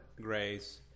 grace